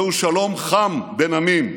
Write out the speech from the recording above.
זהו שלום חם בין עמים.